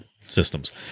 systems